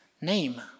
name